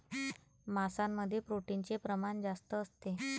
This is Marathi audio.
मांसामध्ये प्रोटीनचे प्रमाण जास्त असते